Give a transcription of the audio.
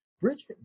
Bridget